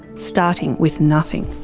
starting with nothing.